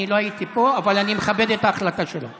אני לא הייתי פה אבל אני מכבד את ההחלטה שלו.